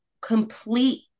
complete